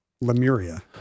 Lemuria